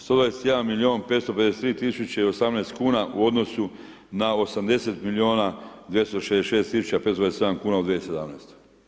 121 milion, 553 tisuće i 18 kuna u odnosu na 80 miliona 266 tisuća 527 kuna u 2017.